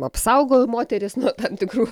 apsaugojo moteris nuo tam tikrų